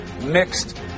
mixed